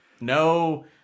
No